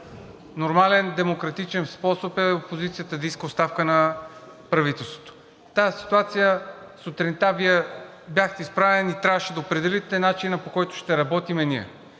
нормален демократичен способ е опозицията да иска оставка на правителството. В тази ситуация сутринта Вие бяхте изправени и трябваше да определите начина, по който ще работим ние.